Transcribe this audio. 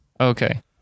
okay